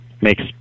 Makes